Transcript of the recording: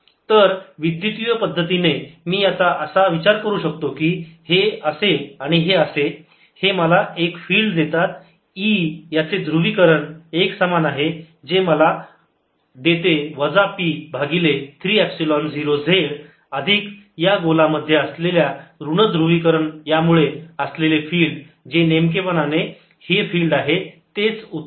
तर विद्युतीय पद्धतीने मी याचा असा विचार करू शकतो की हे असे आणि हे असे हे मला एक फिल्ड देतात E याचे ध्रुवीकरण एकसमान आहे जे मला देते वजा P भागिले 3 एपसिलोन 0 z अधिक या गोला मध्ये असलेल्या ऋण ध्रुवीकरण यामुळे असलेले फिल्ड जे नेमकेपणाने ही फिल्ड आहे तेच उत्तर आहे